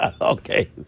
Okay